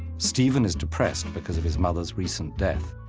stephen is depressed because of his mother's recent death.